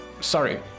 sorry